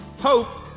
hope,